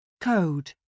Code